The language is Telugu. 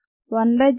23 ద్వారా 1 4